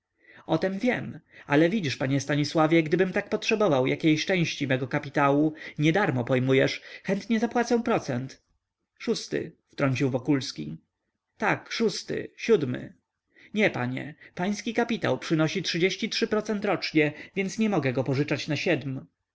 o tem wiem ale widzisz panie stanisławie gdybym tak potrzebował jakiejś części mego kapitału nie darmo pojmujesz chętnie zapłacę procent szósty wtrącił wokulski tak szósty siódmy nie panie pański kapitał przynosi trzydzieści trzy procent rocznie więc nie mogę go pożyczać na siedm